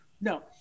No